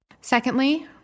Secondly